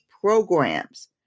programs